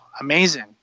amazing